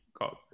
got